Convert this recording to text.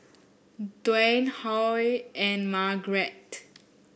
Dwan Huy and Margrett